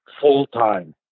full-time